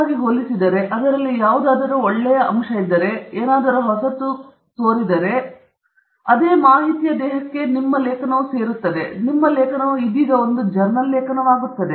ಮತ್ತು ಅದು ಉತ್ತಮವಾಗಿ ಹೋಲಿಸಿದರೆ ಅದರಲ್ಲಿ ಯಾವುದಾದರೂ ಒಳ್ಳೆಯದು ಇದ್ದರೆ ಅದರಲ್ಲಿ ಹೊಸದು ಏನಾದರೂ ಆಗಿದ್ದರೆ ಅದೇ ಮಾಹಿತಿಯ ದೇಹಕ್ಕೆ ಅದು ಸೇರಿಸುತ್ತದೆ ಮತ್ತು ನಿಮ್ಮ ಲೇಖನವು ಇದೀಗ ಒಂದು ಜರ್ನಲ್ ಲೇಖನವಾಗುತ್ತದೆ